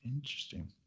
interesting